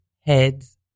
heads